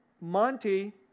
Monty